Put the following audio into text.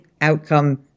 outcome